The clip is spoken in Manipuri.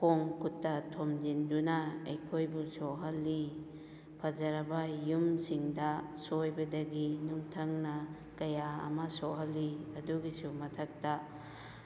ꯈꯣꯡ ꯈꯨꯠꯇ ꯊꯣꯝꯖꯤꯟꯗꯨꯅ ꯑꯩꯈꯣꯏꯕꯨ ꯁꯣꯛꯍꯜꯂꯤ ꯐꯖꯔꯕ ꯌꯨꯝꯁꯤꯡꯗ ꯁꯣꯏꯕꯗꯒꯤ ꯅꯨꯡꯊꯪꯅ ꯀꯌꯥ ꯑꯃ ꯁꯣꯛꯍꯜꯂꯤ ꯑꯗꯨꯒꯤꯁꯨ ꯃꯊꯛꯇ